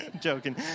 joking